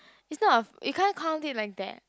it's not of you can't count it like that